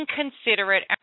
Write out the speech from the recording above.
inconsiderate